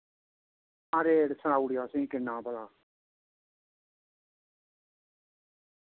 हां रेट सनाई ओड़ेओ असेंगी किन्ना भला